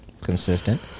Consistent